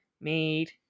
made